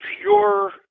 pure